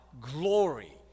glory